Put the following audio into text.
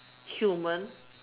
human